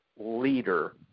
leader